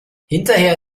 hinterher